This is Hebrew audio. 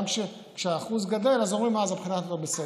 גם כשהאחוז גדל אז אומרים שהבחינה לא בסדר.